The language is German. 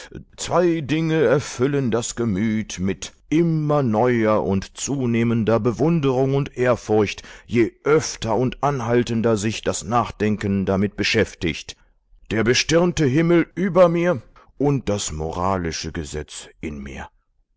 zwei dinge erfüllen das gemüt mit immer neuer und zunehmender bewunderung und ehrfurcht je öfter und anhaltender sich das nachdenken damit beschäftigt der bestirnte himmel über mir und das moralische gesetz in mir